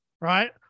right